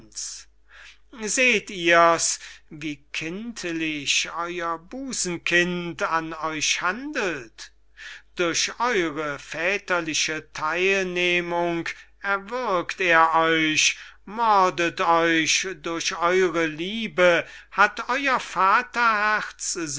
seht ihr's wie kindlich euer busenkind an euch handelt durch eure väterliche theilnehmung erwürgt er euch mordet euch durch eure liebe hat euer